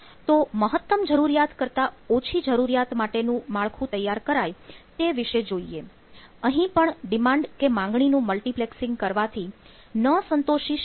તો મહત્તમ જરૂરિયાત કરતાં ઓછી જરૂરિયાત માટેનું માળખું તૈયાર કરાય તે વિશે જોઈએ